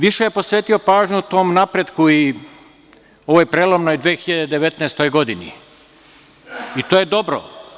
Više je posvetio pažnju tom napretku i ove prelomne 2019. godini i to je dobro.